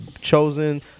Chosen